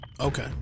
Okay